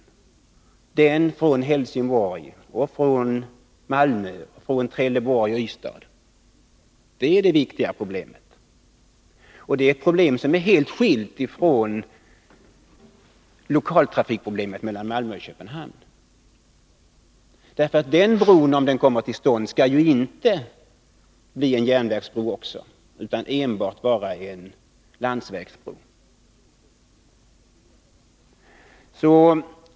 Jag tänker på järnvägstrafiken från Helsingborg, från Malmö, från Trelleborg och från Ystad. Det är det viktiga problemet, och det är ett problem som är helt skilt från lokaltrafikproblemet mellan Malmö och Köpenhamn. Bron, om den kommer till stånd, skall inte bli en järnvägsbro utan enbart vara en landsvägsbro.